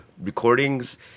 Recordings